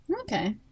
Okay